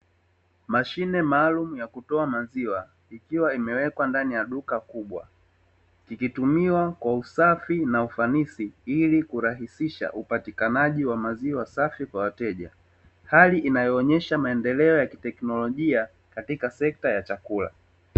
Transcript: Mashine maalumu ya kutoa maziwa ikiwa imewekwa ndani ya duka kubwa, ikitumiwa kwa usafi na ufanisi ili kurahisisha upatikanaji wa maziwa safi kwa wateja, hali inayoonyesha maendelo ya kiteknolojia katika sekta ya chakula.